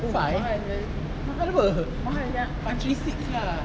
five mahal [pe] one three six lah